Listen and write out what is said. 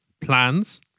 plans